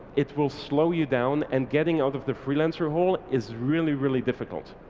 it will slow you down and getting out of the freelancer hole is really really difficult.